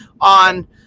on